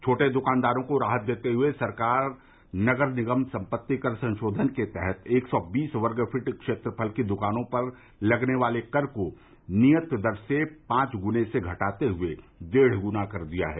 छोटे दुकानदारों को राहत देते हुए सरकार नगर निगम संपत्ति कर संशोधन के तहत एक सौ बीस वर्ग फिट क्षेत्रफल की दुकानों पर लगने वाले कर को नियत दर से पांच गुने से घटाते हुए डेढ़ गुना कर दिया है